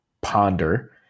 ponder